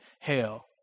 hell